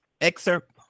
excerpt